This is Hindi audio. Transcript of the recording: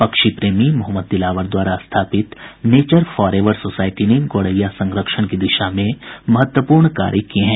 पक्षी प्रेमी मोहम्मद दिलावर द्वारा स्थापित नेचर फॉरएवर सोसाइटी ने गोरैया संरक्षण की दिशा में महत्वपूर्ण कार्य किए हैं